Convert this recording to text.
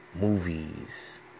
movies